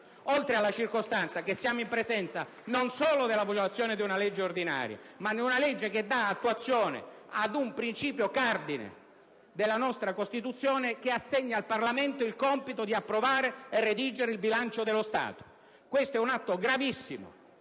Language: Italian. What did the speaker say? poi la circostanza che siamo in presenza non solo di una legge ordinaria, ma di una legge che dà attuazione ad un principio cardine della nostra Costituzione, il quale assegna al Parlamento il compito di approvare e redigere il bilancio dello Stato. Si tratta di un atto gravissimo